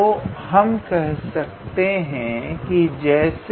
तो हम कह सकते हैं कि जैसे